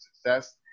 success